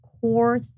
core